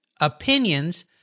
opinions